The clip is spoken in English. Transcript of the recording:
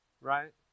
Right